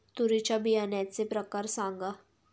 तूरीच्या बियाण्याचे प्रकार सांगा